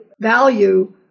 value